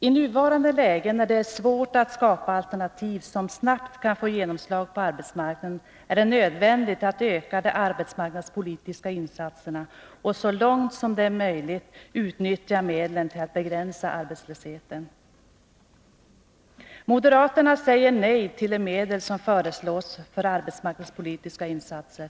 I nuvarande läge, när det är svårt att skapa alternativ som snabbt kan få genomslag på arbetsmarknaden, är det nödvändigt att öka de arbetsmark Nr 54 nadspolitiska insatserna och att så långt som det är möjligt utnyttja medlen för att begränsa arbetslösheten. Moderaterna säger nej till de medel som föreslås för arbetsmarknadspolitiska insatser.